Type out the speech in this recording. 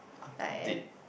like ad~